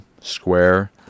square